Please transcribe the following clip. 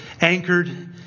anchored